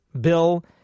bill